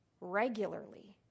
regularly